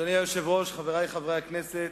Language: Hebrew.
אדוני היושב-ראש, חברי חברי הכנסת,